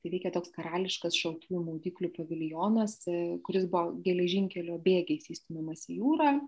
tai veikė toks karališkas šaltųjų maudyklių paviljonas kuris buvo geležinkelio bėgiais įstumiamas į jūrą